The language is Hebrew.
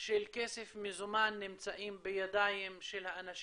של כסף מזומן נמצאים בידיים של האנשים,